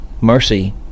mercy